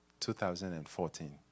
2014